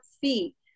feet